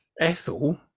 Ethel